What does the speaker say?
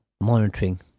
monitoring